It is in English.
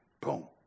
Boom